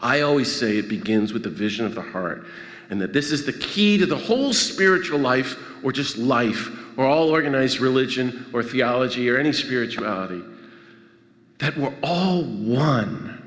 i always say it begins with the vision of the heart and that this is the key to the whole spiritual life or just life or all organized religion or theology or any spiritual